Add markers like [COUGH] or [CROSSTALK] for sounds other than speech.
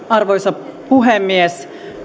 [UNINTELLIGIBLE] arvoisa puhemies